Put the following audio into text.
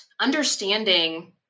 understanding